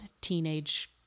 teenage